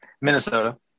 Minnesota